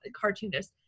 cartoonist